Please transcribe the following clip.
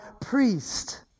priest